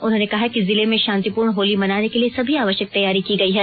उन्होंने कहा कि जिले में शांतिपूर्ण होली मनाने के लिए सभी आवश्यक तैयारी की गई है